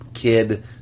kid